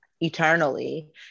eternally